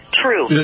true